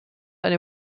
eine